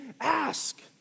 ask